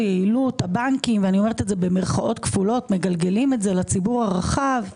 יעילות הבנקים במירכאות כפולות מגלגלים את זה לציבור הרחב,